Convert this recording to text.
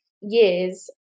years